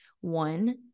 one